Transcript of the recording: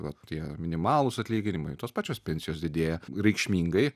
vat tie minimalūs atlyginimai tos pačios pensijos didėja reikšmingai